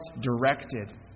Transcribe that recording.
directed